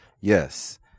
yes